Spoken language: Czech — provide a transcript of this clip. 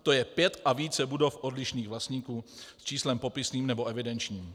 To je pět a více budov odlišných vlastníků s číslem popisným nebo evidenčním.